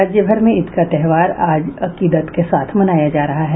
राज्यभर में ईद का त्योहार आज अकीदत के साथ मनाया जा रहा है